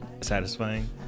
satisfying